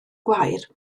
gwair